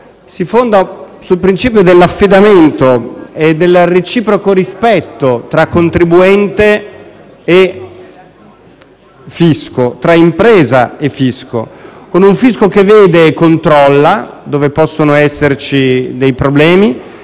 si fonda sul principio dell'affidamento e del reciproco rispetto tra impresa e fisco, con un fisco che vede e controlla dove possono esserci dei problemi,